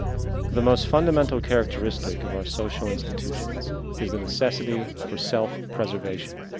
the most fundamental characteristic of our social institutions is the necessity for self-preservation.